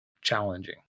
challenging